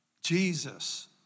Jesus